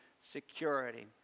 security